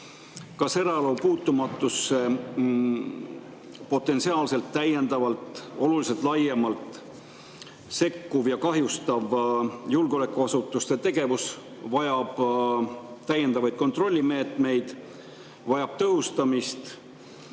Kas eraelu puutumatusse potentsiaalselt, täiendavalt, oluliselt laiemalt sekkuv ja seda kahjustav julgeolekuasutuste tegevus vajab täiendavaid kontrollimeetmeid, vajab tõhustamist?